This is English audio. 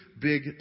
big